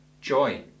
joy